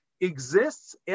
exists